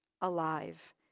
alive